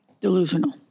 delusional